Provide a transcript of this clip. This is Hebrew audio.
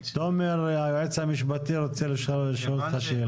תומר, היועץ המשפטי, רוצה לשאול אותך שאלה.